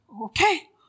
Okay